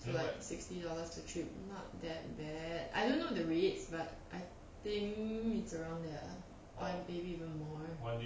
like sixty dollars per trip not that bad I didn't know the rates but I think it's around there uh or like maybe even more